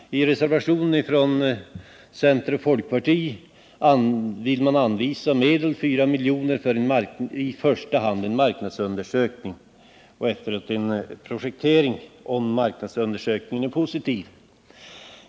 I reservationen 8 vill centeroch folkpartiledamöterna anvisa 4 milj.kr. för i första hand en marknadsundersökning och därefter en projektering, om marknadsundersökningen är positiv.